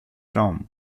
raum